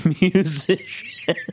musician